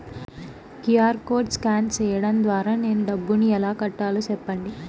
QR code scan సేయడం ద్వారా నేను డబ్బును ఎలా కట్టాలో సెప్పండి?